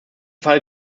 fall